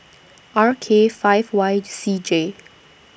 R K five Y C J